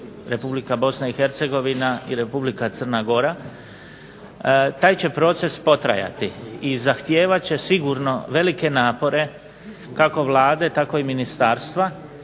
Republika Bosna i Hercegovina i Republika Crna Gora, taj će proces potrajati, i zahtijevat će sigurno velike napore kako Vlade, tako i ministarstva,